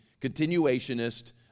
continuationist